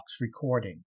recording